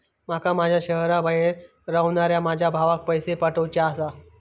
माका माझ्या शहराबाहेर रव्हनाऱ्या माझ्या भावाक पैसे पाठवुचे आसा